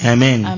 Amen